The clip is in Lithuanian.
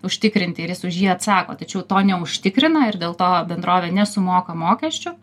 užtikrinti ir jis už jį atsako tačiau to neužtikrina ir dėl to bendrovė nesumoka mokesčių